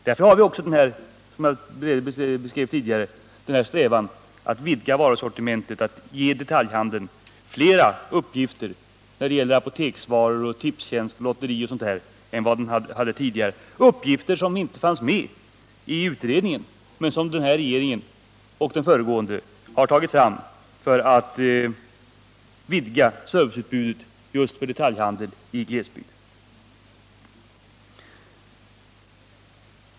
Därför har vi en strävan, som jag beskrev tidigare, att vidga varusortimentet och ge detaljhandeln i glesbygden fler uppgifter, t.ex. i fråga om apoteksvaror, tipstjänst, lotterier o.d., än vad den hade tidigare. Det är uppgifter som inte fanns med i distributionsutredningens förslag men som den föregående och den nuvarande regeringen har tagit fram för att vidga serviceutbudet just för detaljhandeln i glesbygd.